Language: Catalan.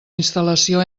instal·lació